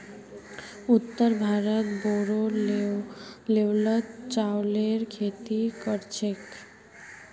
उत्तर भारतत बोरो लेवलत चावलेर खेती कर छेक